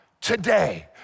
today